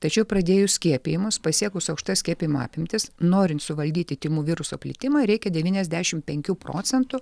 tačiau pradėjus skiepijimus pasiekus aukštas skiepijimo apimtis norint suvaldyti tymų viruso plitimą reikia devyniasdešimt penkių procentų